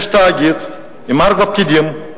נכון להיום, יש תאגיד עם ארבעה פקידים,